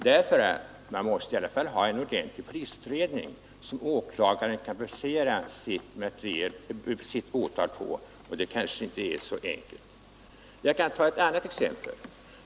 Det måste nämligen finnas en ordentlig polisutredning, som åklagaren kan basera sitt åtal på, en utredning som kanske inte enkel att åstadkomma. Jag kan ta ett annat exempel.